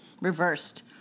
reversed